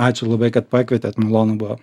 ačiū labai kad pakvietėt malonu buvo